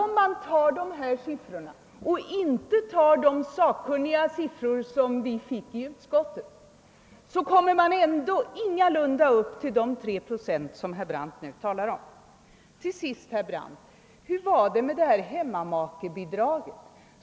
Om man tar dessa siffror och inte tar de siffror som angavs i utskottet, kommer man ändå ingalunda upp till de tre procent som herr Brandt nu talar om. Till sist, herr Brandt: Hur var det med hemmamakebidraget?